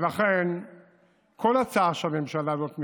ולכן כל הצעה שהממשלה הזאת מביאה,